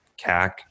CAC